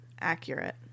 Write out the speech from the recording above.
Accurate